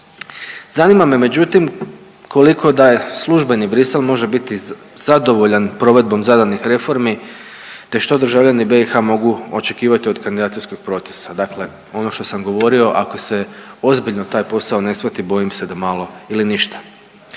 Zanima me međutim koliko da je službeni Brisel može biti zadovoljan provedbom zadanih reformi, te što državljani BiH mogu očekivati od kandidacijskih procesa? Dakle, ono što sam govorio, ako se ozbiljno taj posao ne shvati bojim se da malo ili ništa.